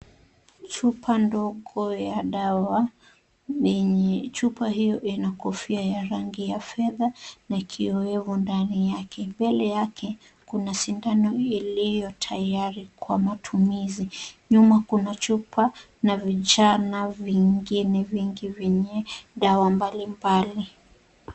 Chupa ndogo ya dawa, chupa hiyo ina kofia ya rangi ya fedha na kioevu ndani yake. Mbele yake kuna sindano iliyotayari kwa matumizi. Nyuma kuna chupa na vijana vingine vingi vyenye dawa mbalimbali.